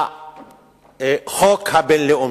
לחוק הבין-לאומי.